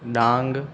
Dang